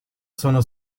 sono